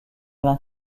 alain